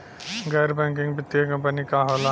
गैर बैकिंग वित्तीय कंपनी का होला?